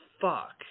fuck